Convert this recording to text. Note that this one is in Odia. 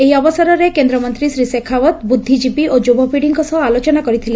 ଏହି ଅବସରରେ କେନ୍ଦ୍ରମନ୍ତୀ ଶ୍ରୀ ଶେଖାଓତ ବୁଦ୍ଧିଜୀବୀ ଓ ଯୁବପୀଢ଼ିଙ୍କ ସହ ଆଲୋଚନା କରିଥିଲେ